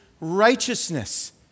righteousness